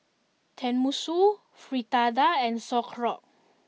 Tenmusu Fritada and Sauerkraut